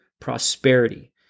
prosperity